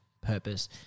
purpose